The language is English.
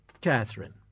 Catherine